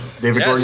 David